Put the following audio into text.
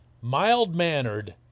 mild-mannered